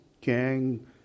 gang